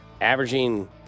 Averaging